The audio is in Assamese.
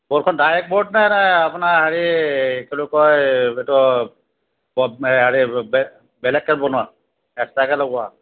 বৰ্ডখন দাইৰেক্ট বৰ্ডনে নে আপোনাৰ হেৰি কি বুলি কয় এইটো বেলেগকৈ বনোৱা এক্সট্ৰাকে লগোৱা